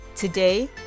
Today